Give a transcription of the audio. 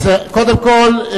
קודם כול,